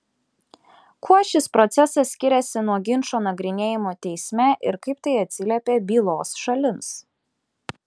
kuo šis procesas skiriasi nuo ginčo nagrinėjimo teisme ir kaip tai atsiliepia bylos šalims